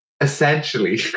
essentially